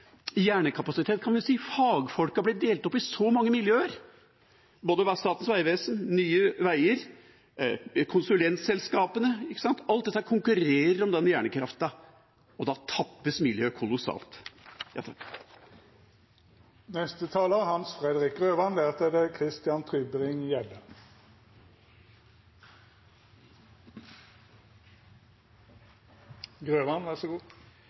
hjernekapasitet, kan vi si. Fagfolka blir delt opp i så mange miljøer – både Statens vegvesen, Nye Veier og konsulentselskapene. Alt dette konkurrerer om hjernekraften, og da tappes miljøet kolossalt.